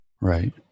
Right